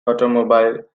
automobile